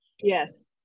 Yes